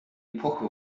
epoche